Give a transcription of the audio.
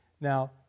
Now